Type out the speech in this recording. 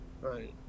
Right